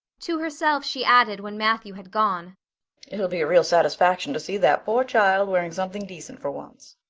to herself she added when matthew had gone it'll be a real satisfaction to see that poor child wearing something decent for once.